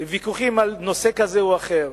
ויכוחים על נושא כזה או אחר,